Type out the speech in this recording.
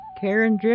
Karen